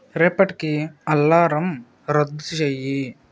రేపటికి అల్లారం రద్దు చేయి